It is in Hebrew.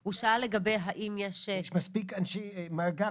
הוא שאל לגבי האם יש מספיק -- יש מספיק אנשי מאגר,